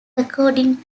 according